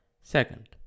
Second